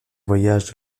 voyage